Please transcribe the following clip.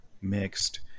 mixed